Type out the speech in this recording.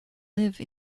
live